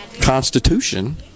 constitution